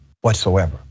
whatsoever